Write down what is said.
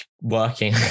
working